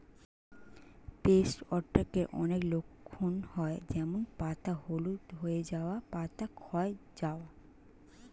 paste অ্যাটাকের অনেক লক্ষণ হয় যেমন পাতা হলুদ হয়ে যাওয়া, পাতা ক্ষয় যাওয়া